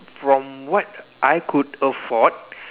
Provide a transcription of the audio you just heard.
from what I could afford